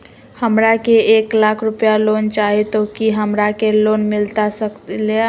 हमरा के एक लाख रुपए लोन चाही तो की हमरा के लोन मिलता सकेला?